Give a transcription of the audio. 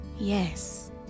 Yes